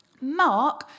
Mark